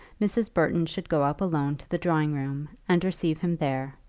mrs. burton should go up alone to the drawing-room and receive him there,